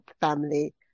family